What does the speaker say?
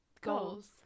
Goals